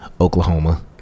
Oklahoma